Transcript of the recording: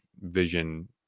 vision